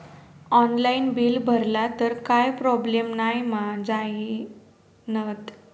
Online bill भरला तर काय प्रोब्लेम नाय मा जाईनत?